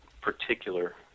particular